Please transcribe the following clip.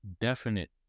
definite